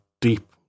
deep